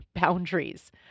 boundaries